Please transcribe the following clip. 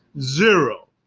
zero